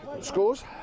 scores